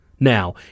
Now